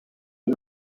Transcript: est